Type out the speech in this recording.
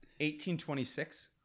1826